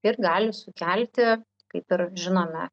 ir gali sukelti kaip ir žinome